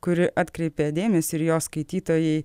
kuri atkreipia dėmesį ir jo skaitytojai